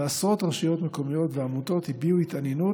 ועשרות רשויות מקומיות ועמותות הביעו התעניינות